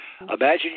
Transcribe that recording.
Imagine